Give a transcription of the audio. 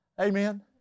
Amen